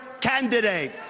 candidate